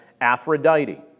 Aphrodite